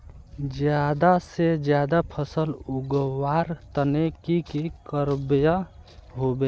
ज्यादा से ज्यादा फसल उगवार तने की की करबय होबे?